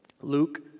Luke